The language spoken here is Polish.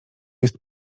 jest